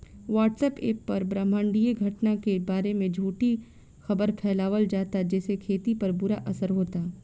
WhatsApp पर ब्रह्माण्डीय घटना के बारे में झूठी खबर फैलावल जाता जेसे खेती पर बुरा असर होता